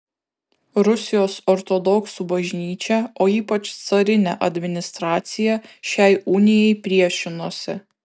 rusijos ortodoksų bažnyčia o ypač carinė administracija šiai unijai priešinosi